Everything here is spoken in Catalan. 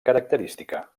característica